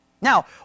Now